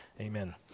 Amen